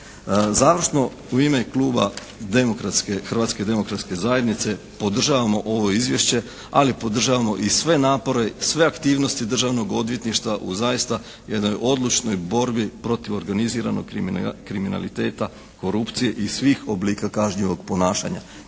Završno u ime Kluba demokratske, Hrvatske demokratske zajednice podržavamo ovo izvješće ali podržavamo i sve napore, sve aktivnosti Državnog odvjetništva u zaista jednoj odlučnoj borbi protiv organiziranog kriminaliteta, korupcije i svih oblika kažnjivog ponašanja.